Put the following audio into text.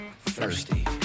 thirsty